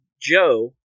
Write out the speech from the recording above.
Joe